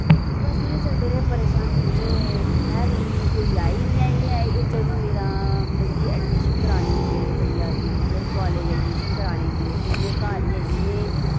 ते बस इयै चलदे रेह् परेशानी ते खैर इन्नी कोई आई नि आई ऐ जदूं मेरा मतलब कि एडमिशन करानी मेरे भैया गे उद्धर कालेज एडमिशन कराने गे ते मैं घर ही ऐ ही में